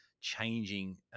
changing